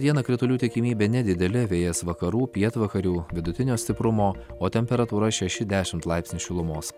dieną kritulių tikimybė nedidelė vėjas vakarų pietvakarių vidutinio stiprumo o temperatūra šeši dešimt laipsnių šilumos